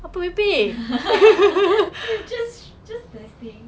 just just a thing